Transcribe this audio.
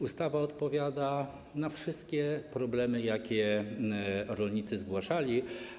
Ustawa odpowiada na wszystkie problemy, jakie rolnicy zgłaszali.